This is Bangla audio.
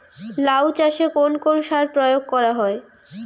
লাউ চাষে কোন কোন সার প্রয়োগ করা হয়?